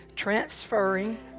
Transferring